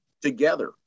together